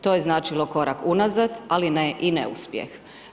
To je značilo korak unazad, ali ne i neuspjeh.